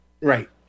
Right